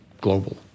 global